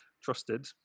trusted